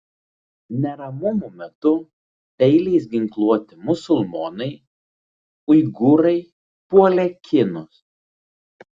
neramumų metu peiliais ginkluoti musulmonai uigūrai puolė kinus